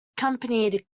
accompanied